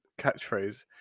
catchphrase